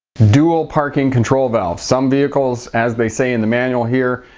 dual parking control valve some vehicles as they say in the manual here,